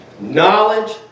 Knowledge